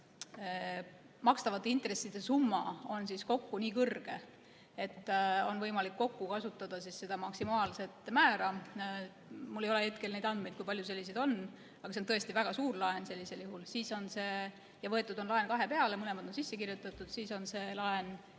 makstavate intresside summa on kokku nii kõrge, et on võimalik kokku kasutada seda maksimaalset määra – mul ei ole hetkel neid andmeid, kui palju selliseid laene on, aga see on tõesti väga suur laen sellisel juhul ja võetud on laen kahe peale, mõlemad on sisse kirjutatud –, siis on see